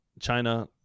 China